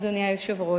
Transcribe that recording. אדוני היושב-ראש,